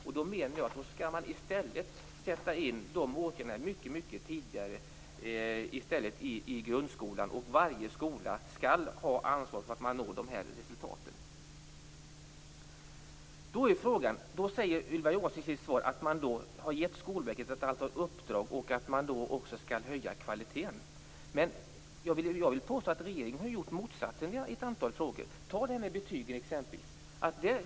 Åtgärder skall därför sättas in mycket tidigare, i grundskolan, och varje skola skall ha ansvar för att nå resultaten. Ylva Johansson säger i sitt svar att Skolverket har fått ett antal uppdrag och att kvaliteten skall höjas. Jag vill påstå att regeringen har gjort motsatsen på ett antal områden. Ta exempelvis betygen!